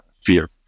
fear